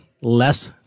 less